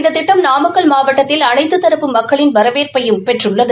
இந்த திடடம் நாமக்கல் மாவட்டத்தில் அனைத்து தரப்பு மக்களின் வரவேற்பையும் பெற்றுள்ளது